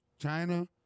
China